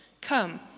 come